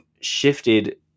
shifted